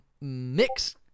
Mix